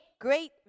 great